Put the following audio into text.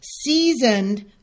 seasoned